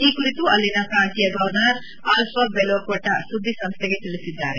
ಈ ಕುರಿತು ಅಲ್ಲಿನ ಪ್ರಾಂತೀಯ ಗವರ್ನರ್ ಅಲ್ಲಾ ಬೆಲೊ ಕ್ಷಣಾ ಸುದ್ದಿ ಸಂಸ್ಡೆಗೆ ತಿಳಿಸಿದ್ದಾರೆ